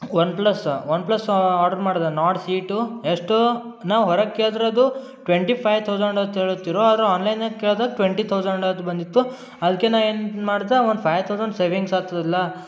one plus one plus order ಮಾಡ್ದೆ Nord C two ಎಷ್ಟು ನಾವು ಹೊರಗೆ ಕೇಳಿದ್ರೆ ಅದು ಟ್ವೆಂಟಿ ಫೈಯ್ ತೌಸಂಡ್ ಅಂತ ಹೇಳುತ್ತಿರು ಆದ್ರೆ ಆನ್ಲೈನ್ನ್ಯಾಗೆ ಕೇಳ್ದಾಗ ಟ್ವೆಂಟಿ ತೌಸಂಡ್ ಅಂತ ಬಂದಿತ್ತು ಅದಕ್ಕೆ ನಾನು ಏನು ಮಾಡ್ದೆ ಒಂದು ಫೈಯ್ ತೌಸಂಡ್ ಸೇವಿಂಗ್ಸ್ ಆಗ್ತದಲ್ವ